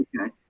okay